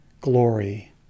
glory